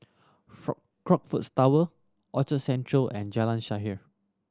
Crockfords Tower Orchard Central and Jalan Shaer